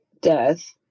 death